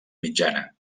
mitjana